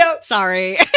sorry